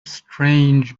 strange